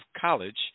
college